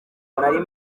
ari